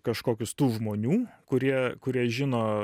kažkokius tų žmonių kurie kurie žino